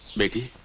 booty,